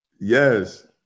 Yes